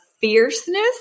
fierceness